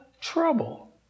trouble